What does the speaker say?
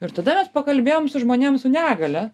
ir tada mes pakalbėjom su žmonėm su negalia